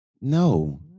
No